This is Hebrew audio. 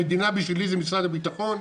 המדינה בשבילי זה משרד הביטחון,